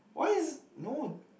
why is no